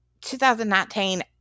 2019